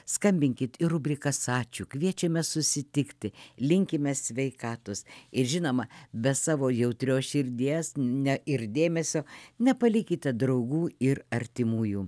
skambinkit į rubrikas ačiū kviečiame susitikti linkime sveikatos ir žinoma be savo jautrios širdies ne ir dėmesio nepalikite draugų ir artimųjų